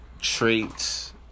traits